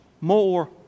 more